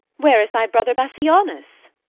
where is thy brother bassianus?